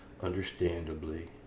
understandably